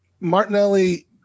Martinelli